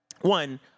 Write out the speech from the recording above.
one